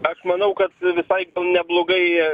aš manau kad visai neblogai